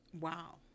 wow